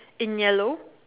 in yellow